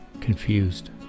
confused